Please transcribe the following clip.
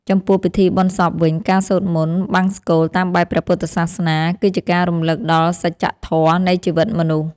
ចំពោះពិធីបុណ្យសពវិញ ការសូត្រមន្តបង្សុកូលតាមបែបព្រះពុទ្ធសាសនា គឺជាការរំលឹកដល់សច្ចធម៌នៃជីវិតមនុស្ស។